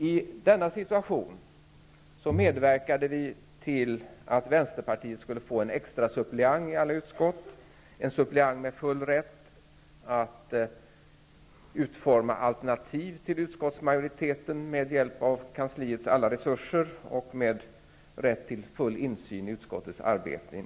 I denna situation medverkade vi till att Vänsterpartiet skulle få ha en extra suppleant i alla utskott. Suppleanten skulle ha full rätt att utforma alternativ till utskottsmajoritetens förslag med hjälp av kansliets alla resurser och rätt till i alla avseenden full insyn i utskottets arbete.